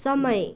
समय